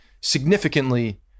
significantly